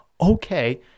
okay